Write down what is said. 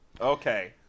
Okay